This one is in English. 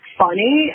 funny